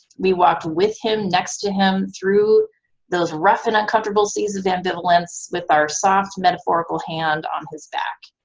we walked with him, next to him, through those rough and uncomfortable seas of ambivalence with our soft, metaphorical hand on his back.